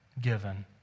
given